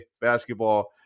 basketball